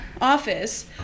office